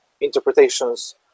interpretations